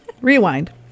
Rewind